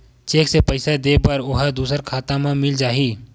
Cheque से पईसा दे बर ओहा दुसर खाता म मिल जाही?